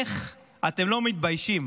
איך אתם לא מתביישים